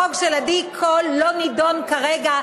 החוק של עדי קול לא נדון כרגע.